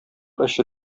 эче